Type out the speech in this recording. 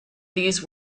these